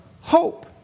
hope